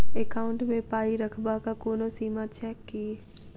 Account मे पाई रखबाक कोनो सीमा छैक की?